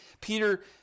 Peter